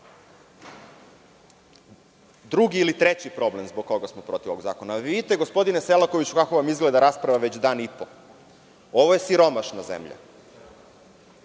ili treći problem zbog koga smo protiv ovog zakona, vidite gospodine Selakoviću kako vam izgleda rasprava već dan i po, ovo je siromašna zemlja,